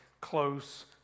close